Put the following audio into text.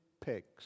pigs